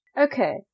Okay